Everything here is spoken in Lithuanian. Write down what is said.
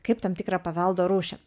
kaip tam tikrą paveldo rūšį